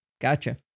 gotcha